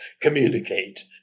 communicate